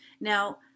Now